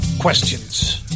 questions